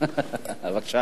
בבקשה, אדוני.